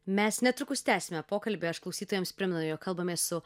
mes netrukus tęsime pokalbį aš klausytojams prie jog kalbamės su